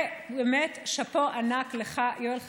ובאמת, שאפו ענק לך, יואל חסון,